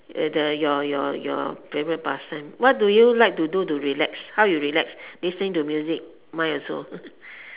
the your your your favourite person what do you like to do to relax listening to music mine also